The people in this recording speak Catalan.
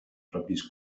propis